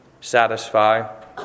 satisfy